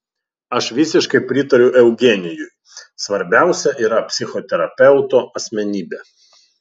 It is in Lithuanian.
aš visiškai pritariu eugenijui svarbiausia yra psichoterapeuto asmenybė